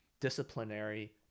disciplinary